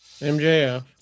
MJF